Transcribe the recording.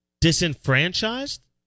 disenfranchised